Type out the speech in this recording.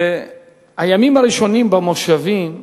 הימים הראשונים במושבים,